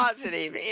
positive